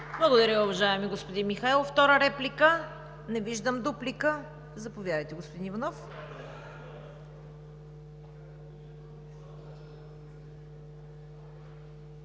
Благодаря, уважаеми господин Михайлов. Втора реплика? Не виждам. Дуплика? Заповядайте, господин Иванов.